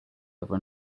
over